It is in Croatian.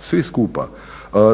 svi skupa.